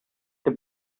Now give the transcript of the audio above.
the